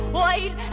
white